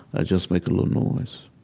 i just make a little noise